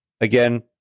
Again